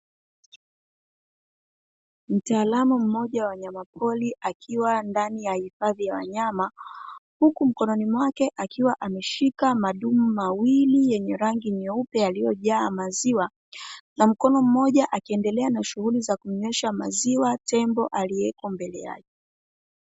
Mtaalamu mmoja wa wanyamapori akiwa ndani ya hifadhi ya wanyama huku mkononi mwake, akiwa ameshika madumu mawili yenye rangi nyeupe yaliyojaa maziwa, na mkono mmoja akiendelea na shughuli za kunywesha maziwa tembo aliyeko mbele yake.